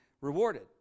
rewarded